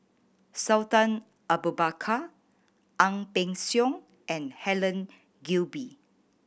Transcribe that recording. Sultan Abu Bakar Ang Peng Siong and Helen Gilbey